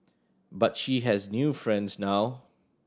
but she has new friends now